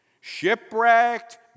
Shipwrecked